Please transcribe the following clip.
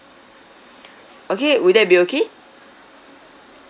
okay would that be okay